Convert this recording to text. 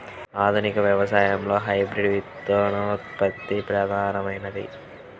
ఆధునిక వ్యవసాయంలో హైబ్రిడ్ విత్తనోత్పత్తి ప్రధానమైనది